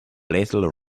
little